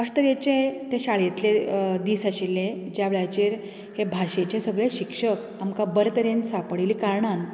अशे तरेचे तें शाळेतले दीस आशिल्ले ज्या वेळाचेर हें भाशेचें सगळे शिक्षक आमकां बरे तरेन सांपडिल्ले कारणान